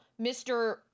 Mr